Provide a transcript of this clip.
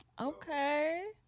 Okay